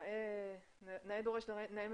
נאה דורש נאה מקיים.